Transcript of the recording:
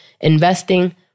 investing